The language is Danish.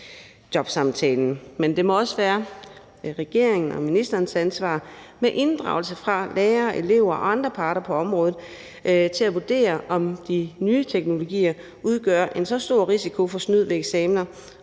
Men det må også være regeringen og ministerens ansvar med inddragelse af lærere, elever og andre parter på området at vurdere, om de nye teknologier udgør en så stor risiko for snyd ved eksamener